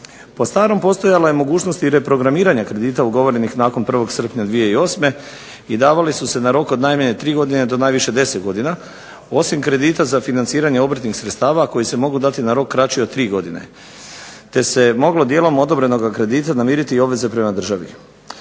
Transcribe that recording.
Po starom, postojala je i mogućnost reprogramiranja kredita ugovorenih nakon 1. srpnja 2008. i davali su se na rok od najmanje 3 godine do najviše 10 godina osim kredita za financiranje obrtnih sredstava koji se mogu dati na rok kraći od 3 godine, te se moglo dijelom odobrenoga kredita namiriti i obveze prema državi.